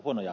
puhemies